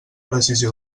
decisió